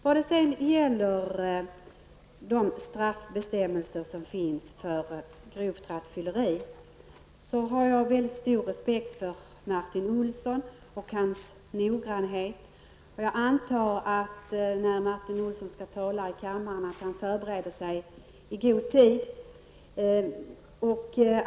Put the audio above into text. När det gäller de straffbestämmelser som finns för grovt rattfylleri har jag väldigt stor respekt för Martin Olsson och hans noggrannhet. Jag antar att Martin Olsson förbereder sig i god tid när han skall tala i kammaren.